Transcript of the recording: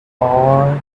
are